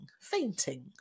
fainting